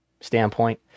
standpoint